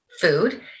food